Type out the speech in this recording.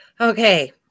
Okay